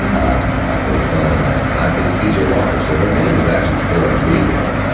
um i play a son and i and i play c j. walker. so her name was actually sarah breedlove.